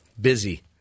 busy